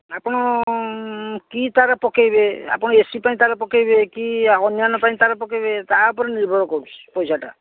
ଆପଣ କି ତାର ପକାଇବେ ଆପଣ ଏ ସି ପାଇଁ ତାର ପକାଇବେ କି ଅନ୍ୟାନ୍ୟ ପାଇଁ ତାର ପକାଇବେ ତା ଉପରେ ନିର୍ଭର କରୁଛି ପଇସାଟା